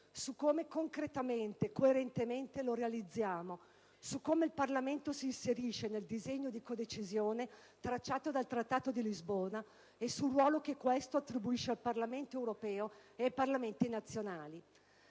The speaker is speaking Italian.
su come concretamente e coerentemente lo realizziamo, su come il Parlamento si inserisce nel disegno di codecisione tracciato dal Trattato di Lisbona e sul ruolo che questo attribuisce al Parlamento europeo e ai Parlamenti nazionali.